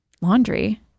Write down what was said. laundry